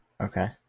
Okay